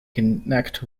connect